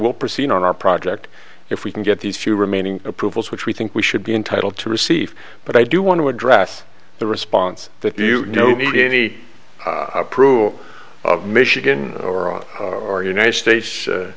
we'll proceed on our project if we can get these few remaining approvals which we think we should be entitled to receive but i do want to address the response that you know need any approval of michigan or our united states